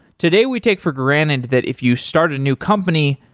today, we take for granted that if you start a new company,